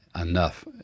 enough